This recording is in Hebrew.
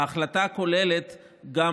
ההחלטה כוללת גם,